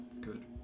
good